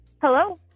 Hello